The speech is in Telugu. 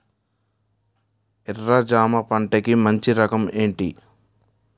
ఎర్ర జమ పంట కి మంచి రకం ఏంటి?